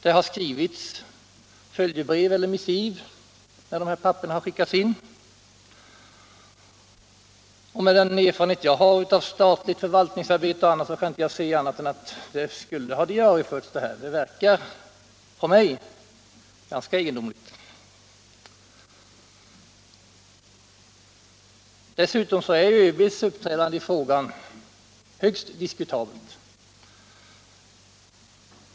Det har skrivits missiv när de här papperen skickats in, och med den erfarenhet jag har av statligt förvaltningsarbete o. d. kan jag inte se annat än att detta skulle ha diarieförts. Det verkar på mig ganska egendomligt. Dessutom är ju ÖB:s uppträdande i frågan högst diskutabelt.